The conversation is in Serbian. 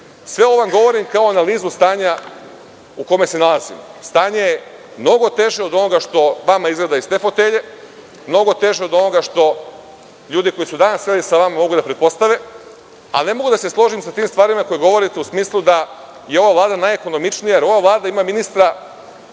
ovo vam govorim kao analizu stanja u kome se nalazimo. Stanje je mnogo teže od onoga što vama izgleda iz te fotelje, mnogo teže od onoga što ljudi koji su danas sedeli sa vama mogu da pretpostave. Ne mogu da se složim sa tim stvarima koje govorite u smislu da je ova Vlada najekonomičnija, jer ova Vlada ima ministra